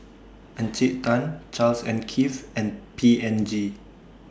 Encik Tan Charles and Keith and P and G